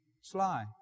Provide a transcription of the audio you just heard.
sly